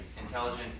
intelligent